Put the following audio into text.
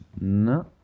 No